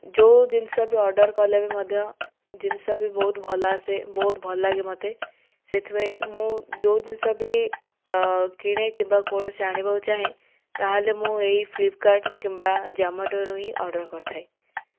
ଯେଉଁ ଜିନିଷ ବି ଅର୍ଡ଼ର୍ କଲେ ବି ମଧ୍ୟ ଜିନିଷ ବି ବହୁତ ଭଲ ଆସେ ବହୁତ ଭଲ ଲାଗେ ମୋତେ ସେଥିପାଇଁ ମୁଁ ଯେଉଁ ଜିନିଷ ବି କିଣେ କିମ୍ବା କୌଣସି ଆଣିବାକୁ ଚାହେଁ ତାହେଲେ ମୁଁ ଏଇ ଫ୍ଲିପକାର୍ଟ କିମ୍ବା ଜମାଟୋରୁ ହିଁ ଅର୍ଡ଼ର୍ କରିଥାଏ